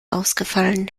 ausgefallen